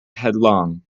headlong